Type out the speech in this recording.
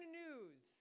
news